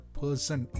person